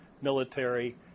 military